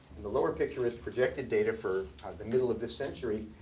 and the lower picture is projected data for the middle of this century.